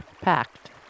packed